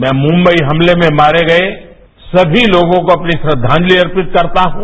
मैं मुंबई हमले में मारे गए समी लोगों को अपनी श्रद्वांजलि अर्पित करता हूं